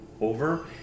over